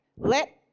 Let